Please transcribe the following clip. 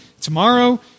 tomorrow